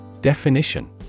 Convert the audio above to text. Definition